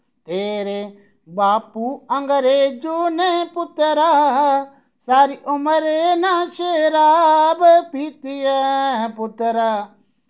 तेरे बाप्पू अंग्रेजो नै पुत्तरा सारी उम्र ना शराब पीती ऐ पुत्तरा